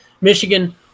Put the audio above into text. Michigan